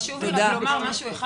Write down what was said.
חשוב לי לומר משהו אחד.